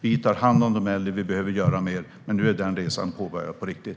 Vi tar hand om de äldre, och vi behöver göra mer. Men nu är den resan påbörjad på riktigt.